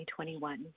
2021